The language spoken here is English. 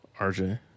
RJ